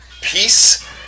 Peace